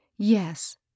Yes